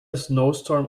snowstorm